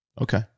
okay